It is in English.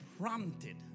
prompted